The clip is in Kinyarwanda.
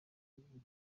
birirwa